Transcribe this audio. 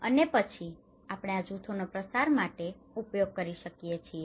અને પછી આપણે આ જૂથોનો પ્રસાર માટે ઉપયોગ કરી શકીએ છીએ